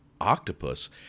Octopus